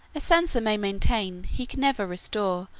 a censor may maintain, he can never restore,